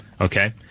Okay